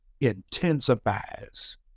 intensifies